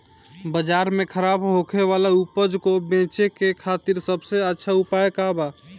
बाजार में खराब होखे वाला उपज को बेचे के खातिर सबसे अच्छा उपाय का बा?